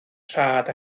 rhad